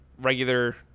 regular